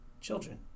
children